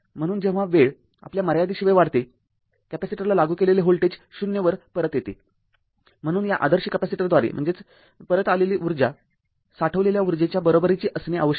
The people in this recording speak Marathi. म्हणून जेव्हा वेळ आपल्या मर्यादेशिवाय वाढते कॅपेसिटरला लागू केलेले व्होल्टेज ० वर परत येते म्हणून या आदर्श कॅपेसिटरद्वारे परत आलेली ऊर्जा साठवलेल्या उर्जेच्या बरोबरीची असणे आवश्यक आहे